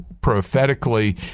prophetically